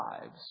lives